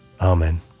Amen